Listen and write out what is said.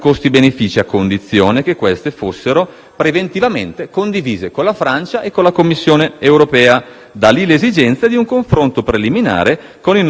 preventivamente condivise con la Francia e con la Commissione europea. Da lì scaturisce l'esigenza di un confronto preliminare con il nostro *partner* nel progetto e con Bruxelles.